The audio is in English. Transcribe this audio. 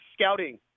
scouting